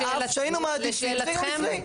על אף שהיינו מעדיפים שזה יהיה לפני.